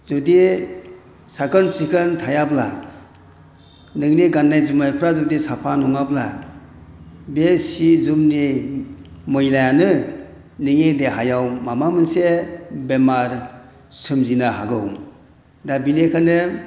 जुदि साखोन सिखोन थायाब्ला नोंनि गाननाय जोमनायफोरा जुदि साफा नङाब्ला बे सि जोमनि मैलायानो नोंनि देहायाव माबा मोनसे बेमार सोमजिनो हागौ दा बेनिखायनो